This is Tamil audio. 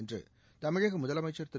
என்று தமிழக முதலமைச்சர் திரு